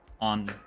on